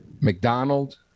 McDonald